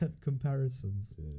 comparisons